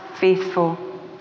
faithful